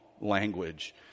language